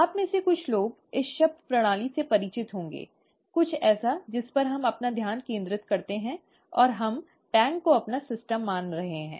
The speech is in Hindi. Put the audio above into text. आप में से कुछ लोग इस शब्द प्रणाली से परिचित होंगे कुछ ऐसा जिस पर हम अपना ध्यान केंद्रित करते हैं और हम हम टैंक को अपना सिस्टम मान रहे हैं